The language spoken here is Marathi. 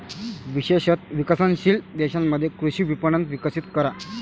विशेषत विकसनशील देशांमध्ये कृषी विपणन विकसित करा